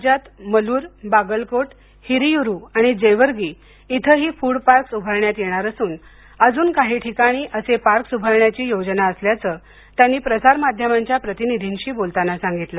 राज्यात मलूर बागलकोट हिरियूरु आणि जेवर्गी इथं ही फूड पार्क्स उभारण्यात येणार असून अजून काही ठिकाणी असे पार्क्स उभारण्याची योजना असल्याचं त्यांनी प्रसार माध्यमांच्या प्रतिनिधींशी बोलताना सांगितलं